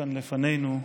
לפנינו,